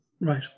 Right